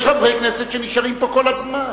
יש חברי כנסת שנשארים פה כל הזמן.